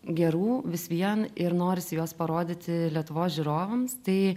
gerų vis vien ir norisi juos parodyti lietuvos žiūrovams tai